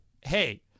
hey—